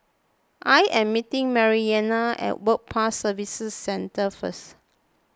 I am meeting Maryellena at Work Pass Services Centre first